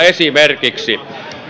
esimerkiksi